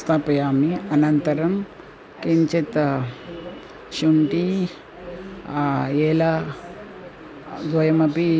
स्थापयामि अनन्तरं किञ्चित् शुण्टि एला द्वयमपि